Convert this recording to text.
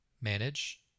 Manage